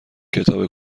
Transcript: کتاب